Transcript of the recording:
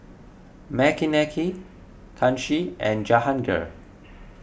Makineni Kanshi and Jahangir